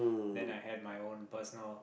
then I had my own personal